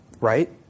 right